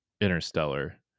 Interstellar